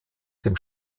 dem